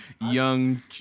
young